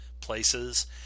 places